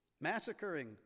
massacring